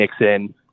Nixon